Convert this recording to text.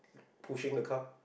pushing the car